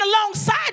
alongside